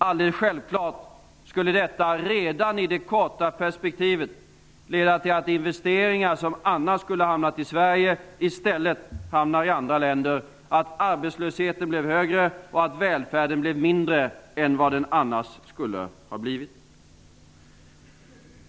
Alldeles självklart skulle detta redan i det korta perspektivet leda till att investeringar som annars skulle ha hamnat i Sverige i stället hamnade i andra länder och att arbetslösheten blev högre och välfärden mindre än vad som annars skulle ha blivit fallet.